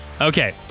Okay